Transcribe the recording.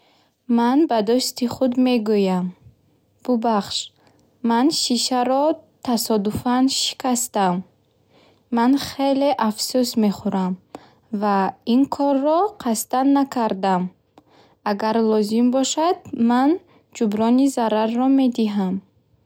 Ман ба дӯсти худ мегӯям: “Бубахш, ман шишаро тасодуфан шикастам.” Ман хеле афсӯс мехӯрам ва ин корро қасдан накардам. Агар лозим бошад, ман ҷуброни зарарро медиҳам.